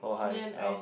then I